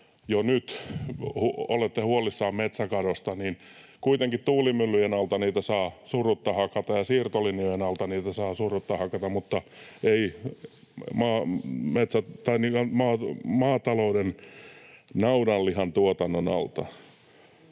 jo nyt ja olette huolissanne metsäkadosta, niin kuitenkin tuulimyllyjen alta niitä saa surutta hakata ja siirtolinjojen alta niitä saa surutta hakata, mutta ei maatalouden, naudanlihantuotannon alta.